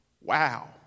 Wow